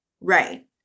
right